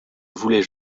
voulais